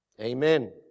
Amen